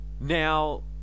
Now